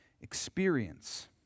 experience